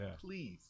Please